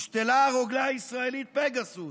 הושתלה הרוגלה הישראלית פגסוס